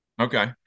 Okay